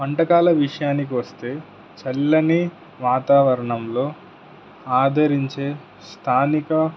వంటకాల విషయానికి వస్తే చల్లని వాతావరణంలో ఆదరించే స్థానిక